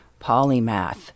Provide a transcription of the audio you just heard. polymath